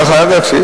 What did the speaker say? אדוני ראש הממשלה,